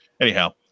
Anyhow